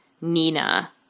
Nina